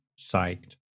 psyched